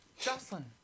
Jocelyn